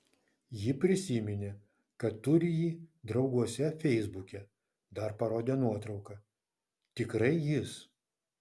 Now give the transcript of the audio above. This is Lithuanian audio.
ji prisiminė kad turi jį drauguose feisbuke dar parodė nuotrauką tikrai jis